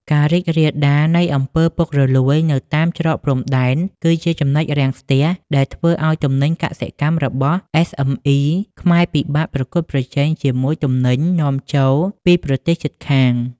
ការរីករាលដាលនៃ អំពើពុករលួយ នៅតាមច្រកព្រំដែន គឺជា ចំណុចរាំងស្ទះ ដែលធ្វើឱ្យទំនិញកសិកម្មរបស់ SME ខ្មែរពិបាកប្រកួតប្រជែងជាមួយទំនិញនាំចូលពីប្រទេសជិតខាង។